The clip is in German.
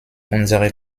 unsere